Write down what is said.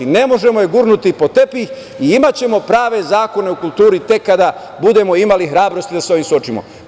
Ne možemo je gurnuti pod tepih i imaćemo prave zakone u kulturi tek kada budemo imali hrabrosti da se sa ovim suočimo.